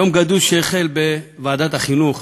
יום גדוש, שהחל בוועדת החינוך,